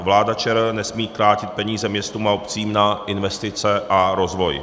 Vláda ČR nesmí krátit peníze městům a obcím na investice a rozvoj.